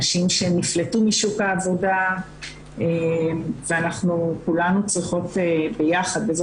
נשים שנפלטו משוק העבודה ואנחנו כולנו צריכות ביחד וזה